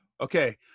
okay